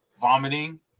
vomiting